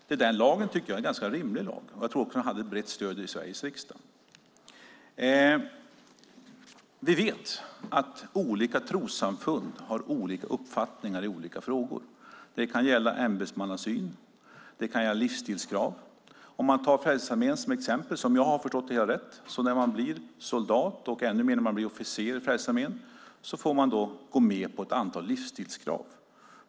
Det är en ganska rimlig lag, tycker jag, och jag tror att den också hade ett brett stöd i Sveriges riksdag. Vi vet att olika trossamfund har olika uppfattningar i olika frågor. Det kan gälla ämbetsmannasyn eller livsstilskrav. I Frälsningsarmén får man, om jag har förstått det hela rätt, gå med på ett antal livsstilskrav när man blir soldat och ännu mer när man blir officer.